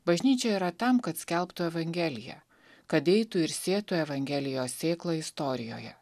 bažnyčia yra tam kad skelbtų evangeliją kad eitų ir sėtų evangelijos sėklą istorijoje